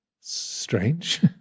strange